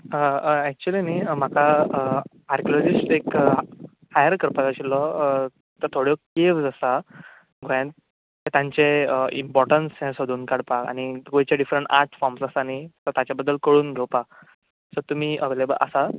actually न्ही म्हाका archaeologist एक हायर करपाक जाय आशिल्लो तो थोड्यो केव्ज आसा गोंयान तांचें इम्पॉटन्स हें सोदून काडपाक आनी गोंयचे डिफरण आट फॉम्स आसा न्ही सो ताच्या बद्दल कळून घेवपाक सो तुमी अवेलेबल आसा